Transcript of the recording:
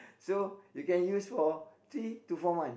so you can use for three to four months